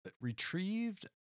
retrieved